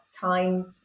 time